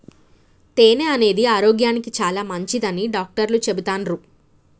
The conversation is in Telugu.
తేనె అనేది ఆరోగ్యానికి చాలా మంచిదని డాక్టర్లు చెపుతాన్రు